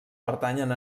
pertanyen